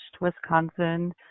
Wisconsin